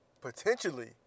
potentially